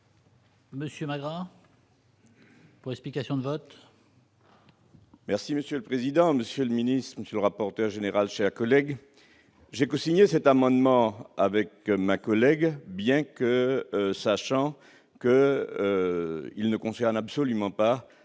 Monsieur ma grand-. Explications de vote. Merci monsieur le président, Monsieur le Ministre Monsieur rapporteur général la collègues j'ai cosigné cet amendement avec ma collègue, bien que sachant que il ne concerne absolument pas